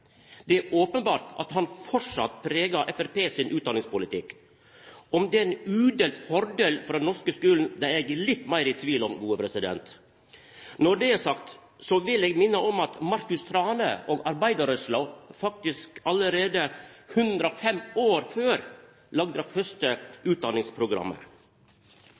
Det er openbert at han framleis pregar Framstegspartiet sin utdanningspolitikk. Om det er ein udelt fordel for den norske skulen, er eg litt meir i tvil om. Når det er sagt, vil eg minna om at Marcus Thrane og arbeidarrørsla faktisk allereie 105 år før laga det første utdanningsprogrammet.